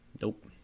Nope